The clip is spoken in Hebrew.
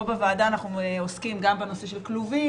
פה בוועדה אנחנו עוסקים גם בנושא של כלובים